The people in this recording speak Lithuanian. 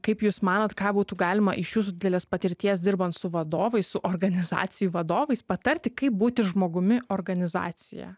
kaip jūs manot ką būtų galima iš jūsų didelės patirties dirbant su vadovais su organizacijų vadovais patarti kaip būti žmogumi organizacija